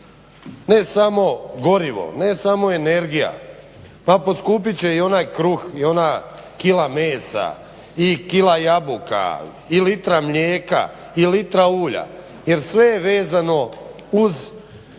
ne samo gorivo, ne samo energija, pa poskupit će i onaj kruh i ona kila mesa i kila jabuka i litra mlijeka i litra ulja jer sve je vezano uz